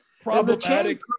problematic